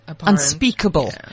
unspeakable